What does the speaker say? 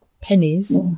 pennies